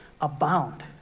abound